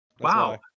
Wow